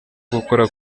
gukora